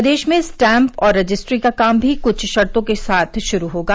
प्रदेश में स्टैम्प और रजिस्ट्री का काम भी कुछ शर्तों के साथ शुरू होगा